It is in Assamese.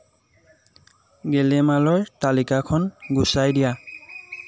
গেলামালৰ তালিকাখন গুচাই দিয়া